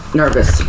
nervous